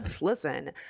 Listen